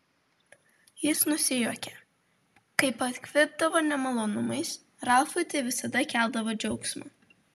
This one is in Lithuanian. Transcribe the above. jis nusijuokė kai pakvipdavo nemalonumais ralfui tai visada keldavo džiaugsmą